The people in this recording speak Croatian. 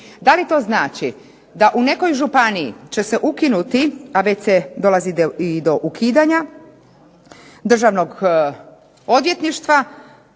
Da li to znači da u nekoj županiji će se ukinuti, a već dolazi i do ukidanja Državnog odvjetništva.